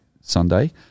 Sunday